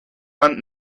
man